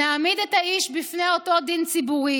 נעמיד את האיש בפני אותו דין ציבורי